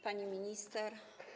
Pani Minister!